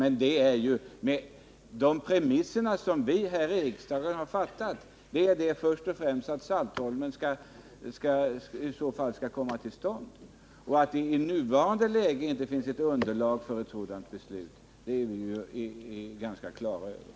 Men det får ju ske på de premisser som vi här i riksdagen har fastställt, och då måste först och främst flygplatsen på Saltholm komma till stånd. Att det i nuvarande läge inte finns underlag för ett sådant beslut är ganska klart.